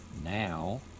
now